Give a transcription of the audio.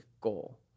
goal